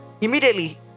immediately